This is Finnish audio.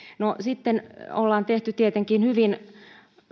no sitten on tehty tietenkin hyvin